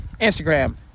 Instagram